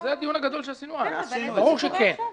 זה הדיון הגדול שעשינו אז - ברור שכן.